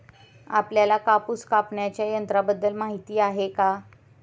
आपल्याला कापूस कापण्याच्या यंत्राबद्दल माहीती आहे का?